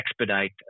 expedite